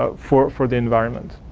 ah for for the environment.